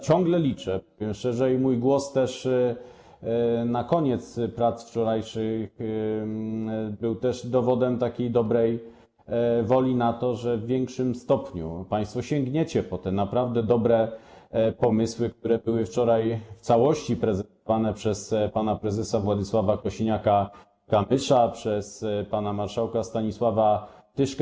Ciągle liczę, powiem szczerze - i mój głos na koniec prac wczorajszych był też dowodem takiej dobrej woli - na to, że w większym stopniu państwo sięgniecie po te naprawdę dobre pomysły, które były wczoraj w całości prezentowane przez pana prezesa Władysława Kosiniaka-Kamysza, przez pana marszałka Stanisława Tyszkę.